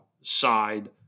side